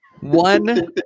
One